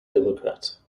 democrat